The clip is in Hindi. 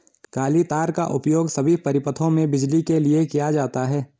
काली तार का उपयोग सभी परिपथों में बिजली के लिए किया जाता है